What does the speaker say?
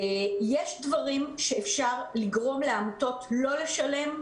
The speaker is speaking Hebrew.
יש דברים שאפשר לגרום לעמותות לא לשלם,